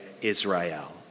Israel